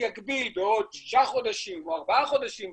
יגביל בעוד שישה חודשים או ארבעה חודשים,